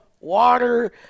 water